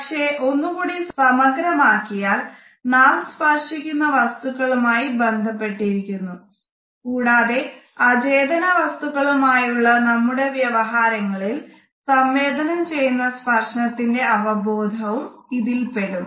പക്ഷേ ഒന്നുകൂടി സമഗ്രമാക്കിയാൽ നാം സ്പർശിക്കുന്ന വസ്തുകളുമായി ബന്ധപ്പെട്ടിരിക്കുന്നു കൂടാതെ അചേതന വസ്തുക്കളുമായുള്ള നമ്മുടെ വ്യവഹാരങ്ങളിൽ സംവേദനം ചെയ്യുന്ന സ്പര്ശത്തിന്റെ അവബോധവും ഇതിൽ പെടും